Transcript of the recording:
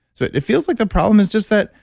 so, it feels like the problem is just that,